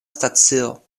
stacio